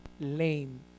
lame